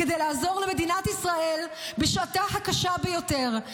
כדי לעזור למדינת ישראל בשעתה הקשה ביותר.